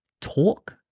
talk